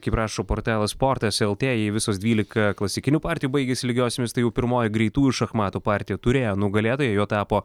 kaip rašo portalas sportas el tė jei visos dvylika klasikinių partijų baigėsi lygiosiomis tai jau pirmoji greitųjų šachmatų partija turėjo nugalėtoją juo tapo